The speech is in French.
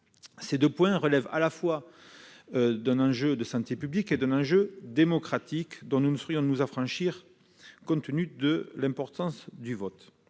Ces deux points relèvent à la fois d'un enjeu de santé publique et d'un enjeu démocratique dont nous ne saurions nous affranchir, compte tenu de l'importance du vote.